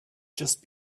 just